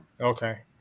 Okay